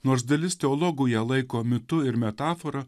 nors dalis teologų ją laiko mitu ir metafora